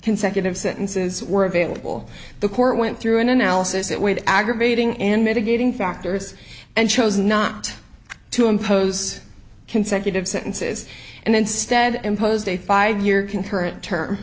consecutive sentences were available the court went through an analysis that with aggravating and mitigating factors and chose not to impose consecutive sentences and instead imposed a five year concurrent term